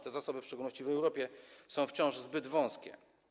Te zasoby, w szczególności w Europie, są wciąż zbyt małe.